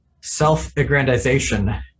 self-aggrandization